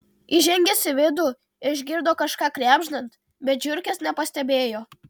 įžengęs į vidų išgirdo kažką krebždant bet žiurkės nepastebėjo